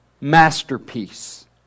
masterpiece